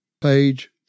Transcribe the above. page